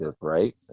right